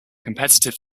competitive